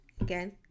again